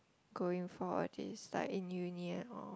going for all these like in union or